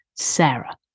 Sarah